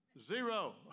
Zero